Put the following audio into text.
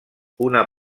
una